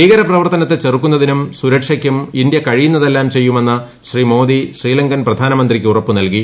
ഭീകരപ്രവർത്തനത്തെ ചെറുക്കുന്നതിനും സുരക്ഷയ്ക്കും ഇന്ത്യ കഴിയുന്നതെല്ലാം ചെയ്യുമെന്ന് ശ്രീ മോദി ശ്രീലങ്കൻ പ്രധാനമന്ത്രിക്ക് ഉറപ്പു നൽകി